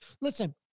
listen